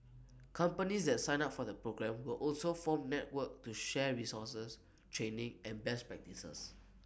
companies that sign up for the programme will also form network to share resources training and best practices